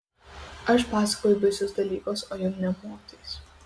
aš pasakoju baisius dalykus o jum nė motais